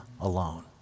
alone